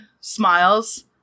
smiles